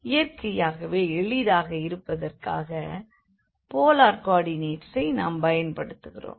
இயற்கையாகவே எளிதாக இருப்பதற்காகவே போலார் கோ ஆர்டினேட்சை நாம் பயன்படுத்துவோம்